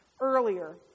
earlier